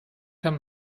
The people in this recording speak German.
haben